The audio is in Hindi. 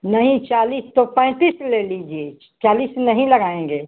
नहीं चालीस तो पैंतीस ले लीजिए चालीस नहीं लगाएँगे